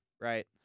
right